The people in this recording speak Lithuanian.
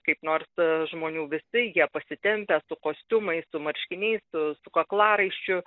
kaip nors žmonių visi jie pasitempę su kostiumais su marškiniais su su kaklaraiščiu